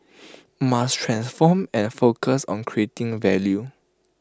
must transform and focus on creating value